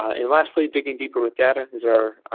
and lastly digging deeper with data is our